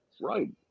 Right